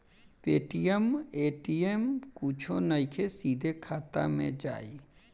Paytm ATM कुछो नइखे, सीधे खाता मे जाई